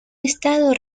estado